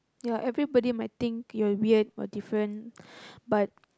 ya everybody might think you're weird or different but